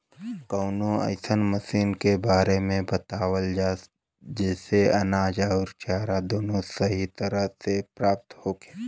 कवनो अइसन मशीन के बारे में बतावल जा जेसे अनाज अउर चारा दोनों सही तरह से प्राप्त होखे?